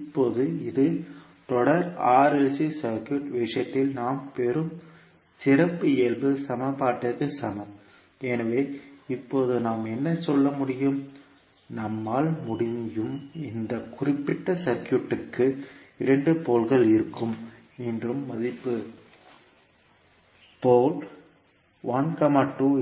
இப்போது இது தொடர் RLC சர்க்யூட் விஷயத்தில் நாம் பெறும் சிறப்பியல்பு சமன்பாட்டிற்கு சமம் எனவே இப்போது நாம் என்ன சொல்ல முடியும் நம்மால் முடியும் இந்த குறிப்பிட்ட சர்க்யூட்க்கு இரண்டு போல்கள் இருக்கும் என்றும் மதிப்பு அங்கு மற்றும்